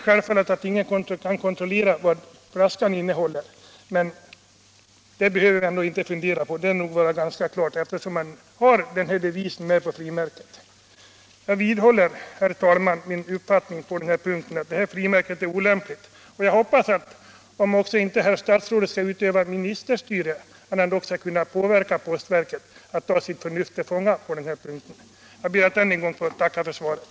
Självfallet kan ingen kontrollera vad flaskan innehåller, men det torde vara ganska klart, eftersom man har den här devisen med på frimärket att ”blanda kaffe med kron”. Herr talman! Jag vidhåller min uppfattning att det här frimärket är olämpligt, och jag hoppas att herr statsrådet, utan att behöva utöva ministerstyre, dock skall kunna påverka postverket att ta sitt förnuft till fånga på den här punkten. Jag ber att än en gång få tacka för svaret.